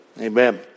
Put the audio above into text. Amen